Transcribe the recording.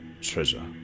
treasure